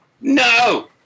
No